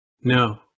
no